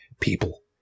people